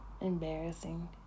embarrassing